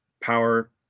power